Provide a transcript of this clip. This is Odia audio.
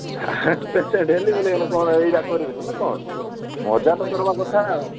ହାଟ୍ ପେସେଣ୍ଟ୍ ହେଲି ବୋଲି କରିବିନି ନା କ'ଣ ମଜା ତ କରିବା କଥା ଆଉ